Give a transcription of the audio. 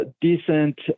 decent